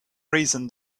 reason